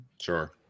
sure